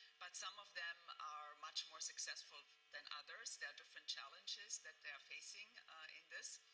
but some of them are much more successful than others. there are different challenges that they are facing in this.